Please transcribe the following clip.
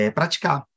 praticar